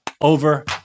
over